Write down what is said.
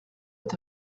est